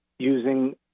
Using